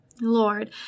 Lord